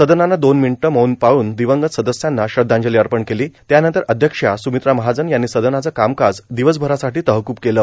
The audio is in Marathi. सदनानं दोन मिनिटं मौन पाळून दिवंगत सदस्यांना श्रद्धांजली अर्पण केली त्यानंतर अध्यक्ष स्मित्रा महाजन यांनी सदनाचं कामकाज दिवसभरासाठी तहक्ब केलं